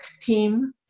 team